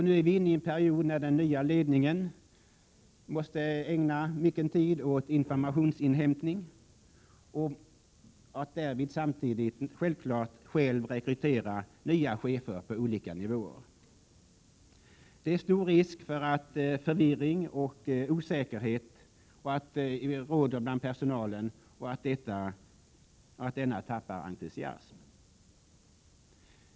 Nu är vi inne i en period när den nya ledningen måste ägna mycken tid åt informationsinhämtning och därvid samtidigt, självklart, själv rekrytera nya chefer för olika nivåer. Det är stor risk för att förvirring och osäkerhet råder bland personalen och att denna tappar entusiasm.